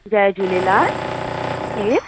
जय झूलेलाल केर